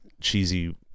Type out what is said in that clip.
cheesy